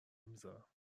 میزارم